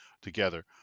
together